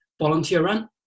volunteer-run